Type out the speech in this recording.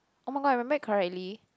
oh-my-god I remember it correctly